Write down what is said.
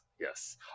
yes